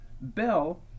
Bell